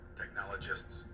technologists